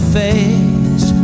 face